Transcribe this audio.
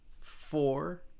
four